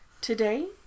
Today